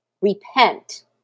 Repent